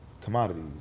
commodities